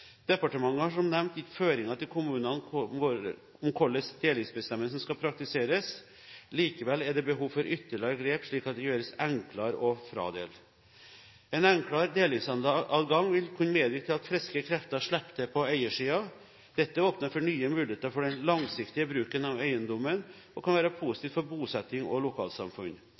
Departementet har som nevnt gitt føringer til kommunene om hvordan delingsbestemmelsen skal praktiseres. Likevel er det behov for ytterligere grep, slik at det gjøres enklere å fradele. En enklere delingsadgang vil kunne medvirke til at friske krefter slipper til på eiersiden. Dette åpner for nye muligheter for den langsiktige bruken av eiendommen og kan være positivt for bosetting og lokalsamfunn.